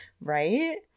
right